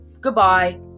Goodbye